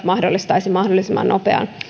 mahdollistaisivat mahdollisimman nopean